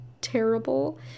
terrible